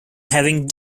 having